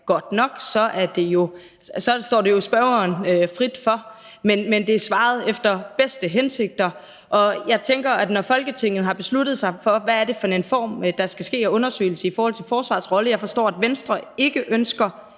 godt nok, står det jo spørgeren frit for. Men der er svaret efter de bedste hensigter, og jeg tænker, at når Folketinget har besluttet sig for, hvad det er for en form for undersøgelse, der skal ske, af forsvarets rolle – jeg forstår, at Venstre ikke ønsker